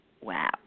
Wow